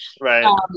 Right